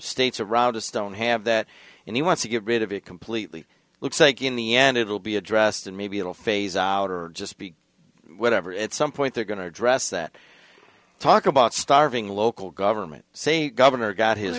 states around us don't have that and he wants to get rid of it completely looks like in the end it will be addressed and maybe it'll phase out or just be whatever at some point they're going to address that talk about starving local government saying the governor got his